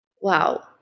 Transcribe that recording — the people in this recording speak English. Wow